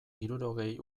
hirurogei